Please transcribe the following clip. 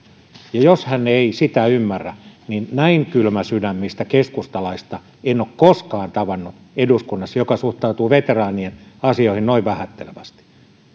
jos hän ei sitä ymmärrä niin näin kylmäsydämistä keskustalaista en ole koskaan tavannut eduskunnassa joka suhtautuu veteraanien asioihin noin vähättelevästi